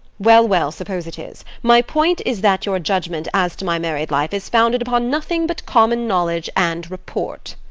well well, suppose it is. my point is that your judgment as to my married life is founded upon nothing but common knowledge and report.